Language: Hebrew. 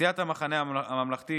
סיעת המחנה הממלכתי,